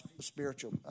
spiritual